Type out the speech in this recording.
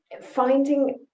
finding